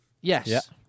Yes